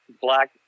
Black